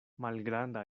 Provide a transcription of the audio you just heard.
malgranda